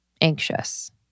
anxious